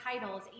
titles